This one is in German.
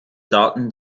daten